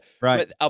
right